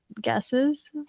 guesses